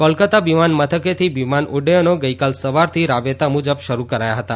કોલકતા વિમાનમથકેથી વિમાન ઉડ્ડયનો ગઇકાલ સવારથી રાબેતા મુજબ શરૂ કરાયા હતા